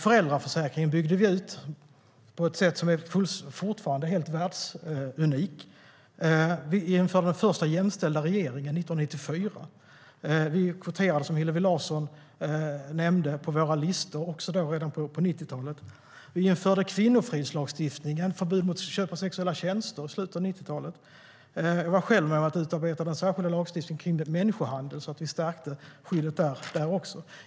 Föräldraförsäkringen byggde vi ut på ett sätt som fortfarande är helt världsunikt. Vi blev den första jämställda regeringen 1994. Som Hillevi Larsson nämnde kvoterade vi till våra listor redan på 90-talet. Vi införde kvinnofridslagstiftningen och förbud mot köp av sexuella tjänster i slutet av 90-talet. Jag har själv varit med och utarbetat den särskilda lagstiftningen kring människohandel, så vi stärkte skyddet också där.